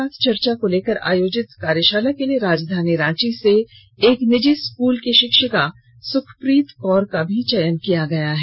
प्रधानमंत्री के साथ चर्चा को लेकर आयोजित कार्यशाला के लिए राजधानी रांची के एक निजी स्कूल की शिक्षिका सुखप्रीत कौर का भी चयन किया गया है